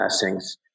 blessings